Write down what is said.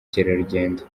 by’ubukerarugendo